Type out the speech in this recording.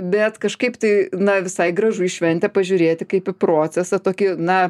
bet kažkaip tai na visai gražu į šventę pažiūrėti kaip į procesą tokį na